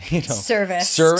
service